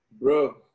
Bro